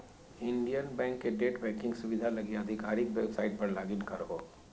Indian bank के net banking सुविधा लगी आधिकारिक वेबसाइट पर लॉगिन करहो